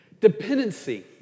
Dependency